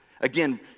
Again